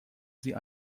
sie